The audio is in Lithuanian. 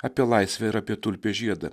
apie laisvę ir apie tulpės žiedą